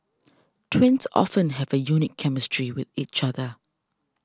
twins often have a unique chemistry with each other